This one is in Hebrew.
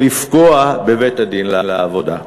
או לפגוע בבית-הדין לעבודה.